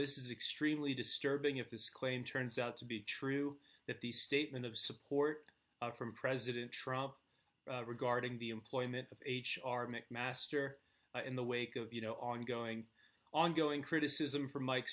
this is extremely disturbing if this claim turns out to be true that the statement of support from president trump regarding the employment of h r mcmaster in the wake of you know ongoing ongoing criticism from mike